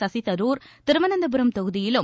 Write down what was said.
சசிதரூர் திருவனந்தபுரம் தொகுதியிலும்